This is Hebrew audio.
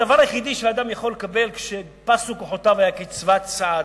הדבר היחיד שאדם יכול לקבל כשאפסו כוחותיו היה קצבת סעד.